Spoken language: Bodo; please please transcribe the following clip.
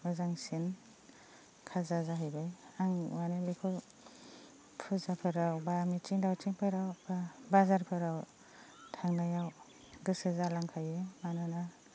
मोजांसिन खाजा जाहैबाय आं माने बेखौ फुजाफोराव बा मिथिं दावथिंफोराव बा बाजारफोराव थांनायाव गोसो जालांखायो मानोना